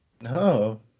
No